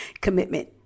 commitment